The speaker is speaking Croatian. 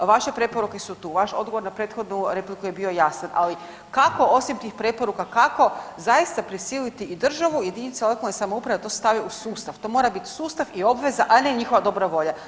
Vaše preporuke su tu, vaš odgovor na prethodnu repliku je bio jasan, ali kako osim tih preporuka, kako zaista prisiliti i državu i jedinice lokalne samouprave da to stave u sustav, to mora biti sustav i obveza, a ne njihova dobra volja.